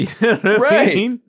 Right